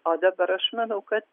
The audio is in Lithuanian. o dabar aš manau kad